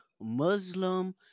Muslim